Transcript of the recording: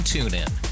TuneIn